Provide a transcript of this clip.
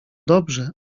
dobrze